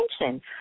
attention